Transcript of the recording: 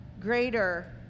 greater